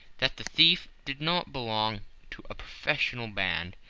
that the thief did not belong to a professional band.